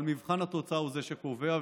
אבל מבחן התוצאה הוא זה שקובע.